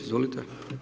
Izvolite.